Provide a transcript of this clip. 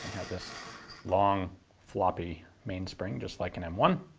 this long floppy mainspring just like an m one.